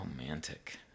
romantic